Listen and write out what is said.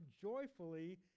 joyfully